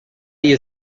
you